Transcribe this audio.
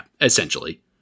essentially